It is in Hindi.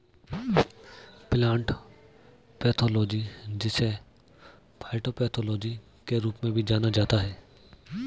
प्लांट पैथोलॉजी जिसे फाइटोपैथोलॉजी के रूप में भी जाना जाता है